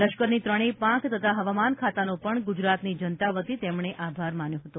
લશ્કરની ત્રણેય પાંખ તથા હવામાન ખાતાનો પણ ગુજરાતની જનતા વતી તેમણે આભાર માન્યો હતો